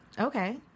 okay